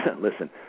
listen